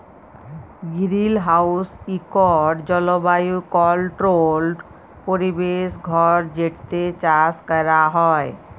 greenhouse ইকট জলবায়ু controlled পরিবেশ ঘর যেটতে চাষ ক্যরা হ্যয়